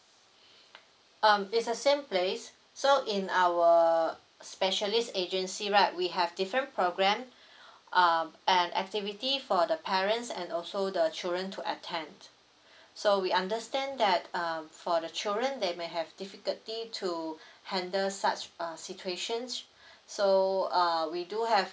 uh it's the same place so in our specialist agency right we have different program um and activity for the parents and also the children to attend so we understand that um for the children they may have difficulty to handle such a situations so uh we do have